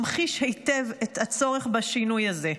ממחיש היטב את הצורך בשינוי הזה.